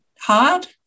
hard